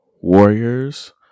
warriors